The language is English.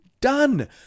Done